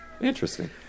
Interesting